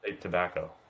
tobacco